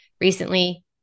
recently